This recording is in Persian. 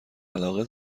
علاقه